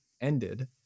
ended